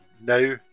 Now